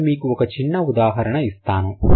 నేను మీకు ఒక చిన్న ఉదాహరణ ఇస్తాను